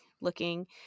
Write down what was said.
looking